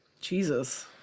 Jesus